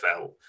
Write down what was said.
NFL